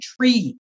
tree